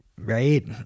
right